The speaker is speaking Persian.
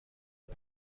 های